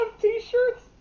t-shirts